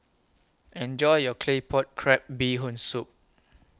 Enjoy your Claypot Crab Bee Hoon Soup